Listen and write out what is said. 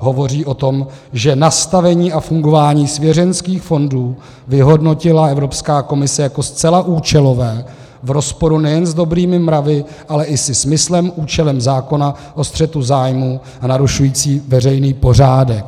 hovoří třeba o tom, že nastavení a fungování svěřeneckých fondů vyhodnotila Evropská komise jako zcela účelové, v rozporu nejen s dobrými mravy, ale i se smyslem, účelem zákona o střetu zájmů a narušující veřejný pořádek.